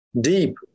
deep